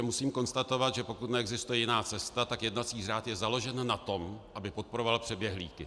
Musím tedy konstatovat, že pokud neexistuje jiná cesta, tak jednací řád je založen na tom, aby podporoval přeběhlíky.